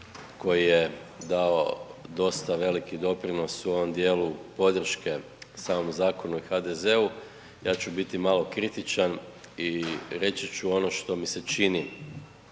koji je dao dosta veliki doprinos u ovom dijelu podrške samom zakonu i HDZ-u. Ja ću biti malo kritičan i reći ću ono što mi se čini